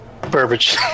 Burbage